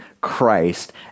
Christ